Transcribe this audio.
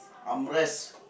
arm rest